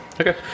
Okay